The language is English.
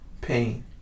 pain